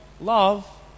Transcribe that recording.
love